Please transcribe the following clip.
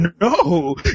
no